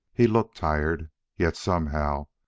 he looked tired yet somehow,